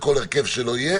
בכל הרכב שלא יהיה,